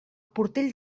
portell